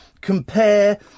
compare